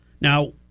Now